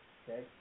okay